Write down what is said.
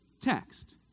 text